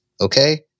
Okay